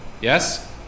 Yes